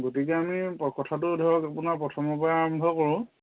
গতিকে আমি ব কথাটো ধৰক আপোনাৰ প্ৰথমৰ পৰাই আৰম্ভ কৰোঁ